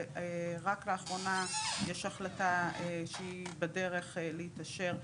ורק לאחרונה יש החלטה שהיא בדרך להתאשר,